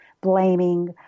blaming